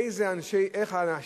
האם